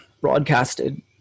broadcasted